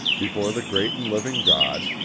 before the great and living god,